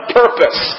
purpose